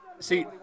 See